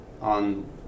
on